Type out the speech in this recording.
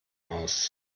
aus